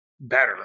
better